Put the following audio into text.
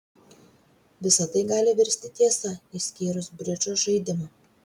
visa tai gali virsti tiesa išskyrus bridžo žaidimą